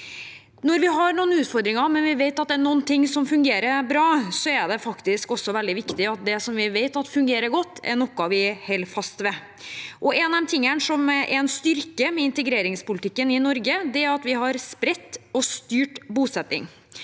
Når vi har noen utfordringer, men vi vet det er noen ting som fungerer bra, er det faktisk også veldig viktig at det vi vet fungerer godt, er noe vi holder fast ved. En av de tingene som er en styrke med integreringspolitikken i Norge, er at vi har spredt og styrt bosetting.